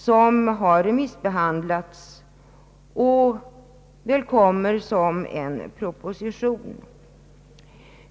Det har remissbehandlats och kommer att föreläggas riksdagen i en proposition.